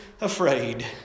afraid